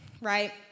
Right